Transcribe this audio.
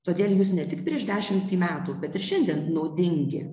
todėl jūs ne tik prieš dešimtį metų bet ir šiandien naudingi